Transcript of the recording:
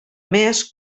més